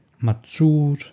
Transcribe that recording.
mature